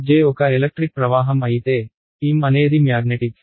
J ఒక electric ప్రవాహం అయితే M అనేది మ్యాగ్నెటిక్